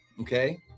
okay